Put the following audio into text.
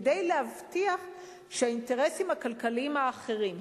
כדי להבטיח שהאינטרסים הכלכליים האחרים,